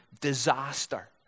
disaster